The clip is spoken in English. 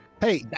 Hey